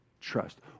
trust